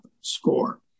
score